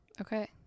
Okay